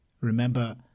Remember